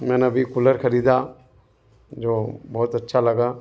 मैंने अभी कूलर खरीदा जो बहुत अच्छा लगा